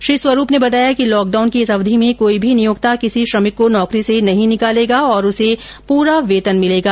श्री स्वरूप ने बताया कि लॉकडाउन की इस अविध में कोई भी नियोक्ता किसी श्रमिक को नौकरी से नहीं निकालेगा और उसे पूरा वेतन मिलेगा